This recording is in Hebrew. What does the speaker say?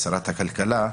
שרת הכלכלה,